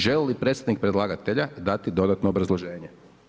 Želi li predstavnik predlagatelja dati dodatno obrazloženje?